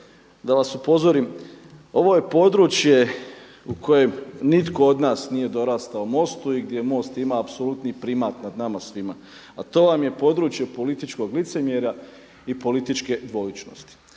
da vas upozorim ovo je područje u kojem nitko od nas nije dorastao MOST-u i gdje MOST ima apsolutni primat nad nama svima, a to je područje političkog licemjerja i političke dvoličnosti.